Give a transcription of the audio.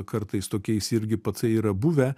kartais tokiais irgi pacai yra buvę